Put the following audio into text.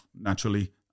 naturally